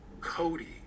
Cody